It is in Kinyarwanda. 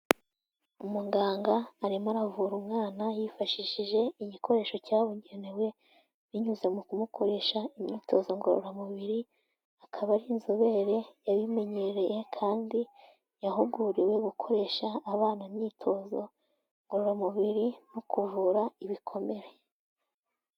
Umuganga arimo aravura umwana yifashishije igikoresho cyabugenewe, binyuze mu kumukoresha imyitozo ngororamubiri, akaba ari inzobere yabimenyereye kandi yahuguriwe gukoresha abana imyitozo ngororamubiri mu kuvura ibikomere.